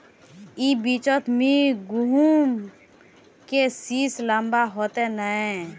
ई बिचन में गहुम के सीस लम्बा होते नय?